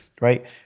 right